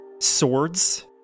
swords